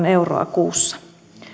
euroa kuussa